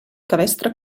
cabestre